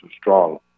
strong